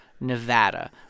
Nevada